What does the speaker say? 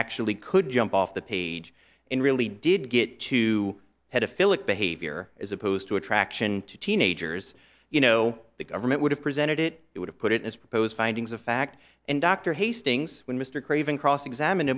actually could jump off the page and really did get to head a philip behavior as opposed to attraction to teenagers you know the government would have presented it it would have put it in its proposed findings of fact and dr hastings when mr craven cross examine